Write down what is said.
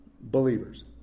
believers